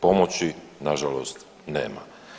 Pomoći nažalost nema.